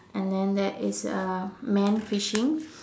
and then there is a man fishing